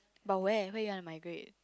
but where where you want to migrate